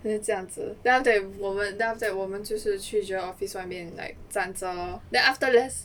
then 这样子 then after that 我们 then after that 我们就是去 general office 外面 like 站着 lor then after less~